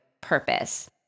purpose